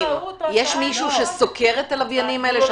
יש מישהו שסוקר את הלוויינים האלה,